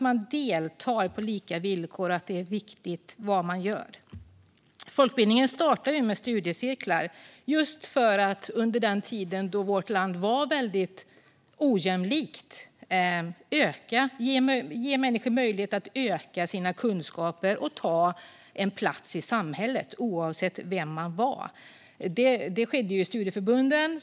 Man deltar på lika villkor och att det man gör är viktigt. Folkbildningen startade med studiecirklar, just för att under en tid då vårt land var väldigt ojämlikt ge människor möjlighet att öka sina kunskaper och ta plats i samhället oavsett vem de var. Detta skedde i studieförbunden.